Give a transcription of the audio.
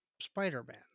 Spider-Man